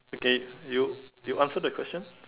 okay you you answer the question